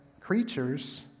creatures